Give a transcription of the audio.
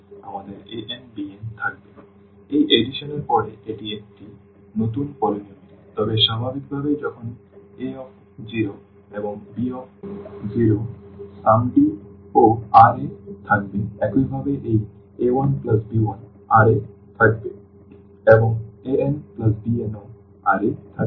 সুতরাং এই সংযোজন এর পরে এটি এখন নতুন polynomial তবে স্বাভাবিকভাবে যখন a0 এবং এই b0 যোগফলটি ও R এ থাকবে একইভাবে এই a1b1 R এ থাকবে এবং anbn ও R এ থাকবে